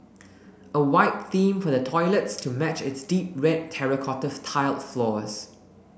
a white theme for the toilets to match its deep red terracotta tiled floors